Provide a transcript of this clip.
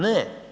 Ne.